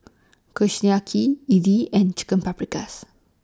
Kushiyaki Idili and Chicken Paprikas